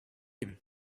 him